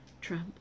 Trump